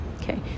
okay